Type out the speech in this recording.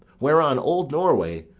whereon old norway,